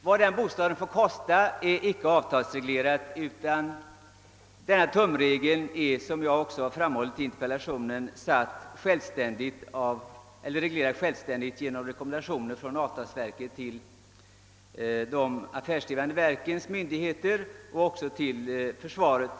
Vad denna bostad får kosta är icke avtalsreglerat, utan tumregeln är — som jag också framhållit i interpellationen — uppställd självständigt av arbetsgivarparten efter rekommendation från avtalsverket till de affärsdrivande verken och till försvaret. Arbetstagarpartens organisationer har aldrig godtagit nuvarande tumregel.